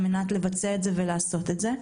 על מנת לבצע את זה ולעשות את זה.